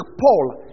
Paul